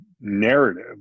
narrative